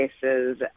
cases